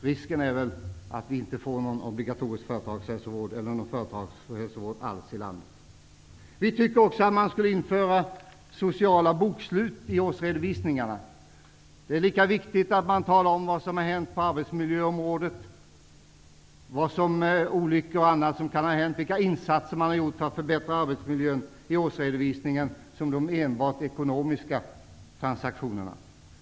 Risken är väl därför att vi inte får någon företagshälsovård alls i landet. Vi anser också att man skall införa sociala bokslut i årsredovisningarna. Det är lika viktigt att man talar om vad som har hänt på arbetsmiljöområdet -- olyckor och annat som kan ha inträffat, insatser som har gjorts för att förbättra arbetsmiljön -- i årsredovisningen som att man talar om enbart de ekonomiska transaktionerna.